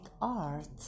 art